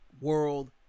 World